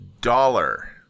Dollar